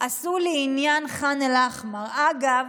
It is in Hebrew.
עשו לעניין ח'אן אל-אחמר, אגב,